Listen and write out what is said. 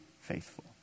faithful